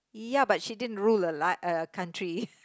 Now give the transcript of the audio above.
ya but she didn't rule a la~ a country